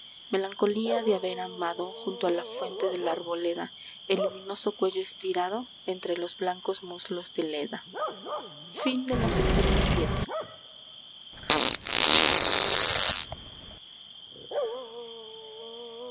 melancolía de haber amado junto a la fuente de la arboleda el luminoso cuello estirado entre los blancos muslos de leda